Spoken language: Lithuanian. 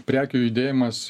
prekių judėjimas